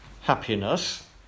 happiness